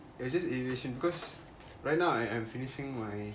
ya just aviation cause right now I I'm finishing my